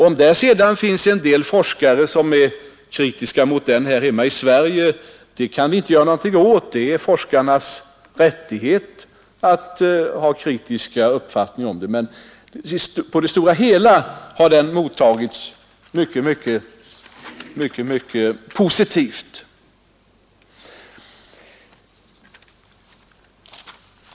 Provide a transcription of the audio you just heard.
Om det sedan finns en del forskare här hemma i Sverige som är kritiska mot den, så kan vi inte göra någonting åt det. Det är forskarnas rättighet att ha kritiska uppfattningar. Men på det hela taget har den mottagits mycket positivt.